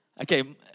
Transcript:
Okay